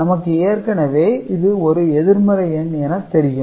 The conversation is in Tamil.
நமக்கு ஏற்கனவே இது ஒரு எதிர்மறை எண் என தெரியும்